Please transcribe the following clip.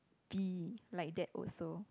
be like that also